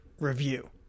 review